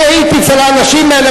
אני הייתי אצל האנשים האלה,